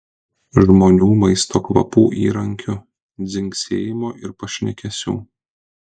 žmonių maisto kvapų įrankių dzingsėjimo ir pašnekesių